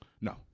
No